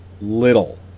little